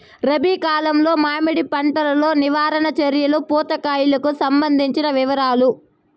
రబి కాలంలో మామిడి పంట లో నివారణ చర్యలు పూత కాయలకు సంబంధించిన వివరాలు?